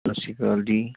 ਸਤਿ ਸ਼੍ਰੀ ਅਕਾਲ ਜੀ